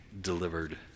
delivered